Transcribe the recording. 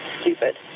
stupid